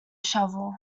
shovel